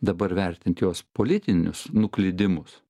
dabar vertint jos politinius nuklydimus